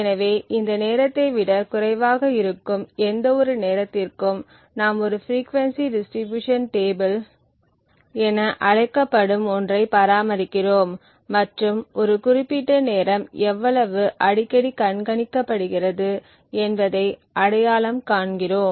எனவே இந்த நேரத்தை விட குறைவாக இருக்கும் எந்தவொரு நேரத்திற்கும் நாம் ஒரு பிரீகியென்சி டிஸ்ட்ரிபியூஷன் டேபிள் என அழைக்கப்படும் ஒன்றை பராமரிக்கிறோம் மற்றும் ஒரு குறிப்பிட்ட நேரம் எவ்வளவு அடிக்கடி கவனிக்கப்படுகிறது என்பதை அடையாளம் காண்கிறோம்